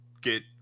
get